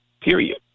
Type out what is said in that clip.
period